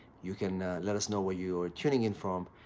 you can let us know where you're tuning in from.